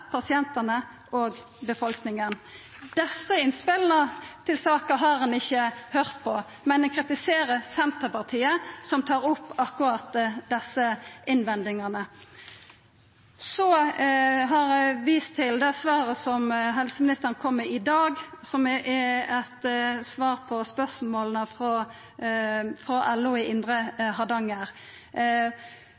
pasientane og befolkninga. Desse innspela til saka har ein ikkje høyrt på, men ein kritiserer Senterpartiet, som tar opp akkurat desse innvendingane. Så har eg vist til det svaret helseministeren kom med i dag, som er eit svar på spørsmåla frå LO i Indre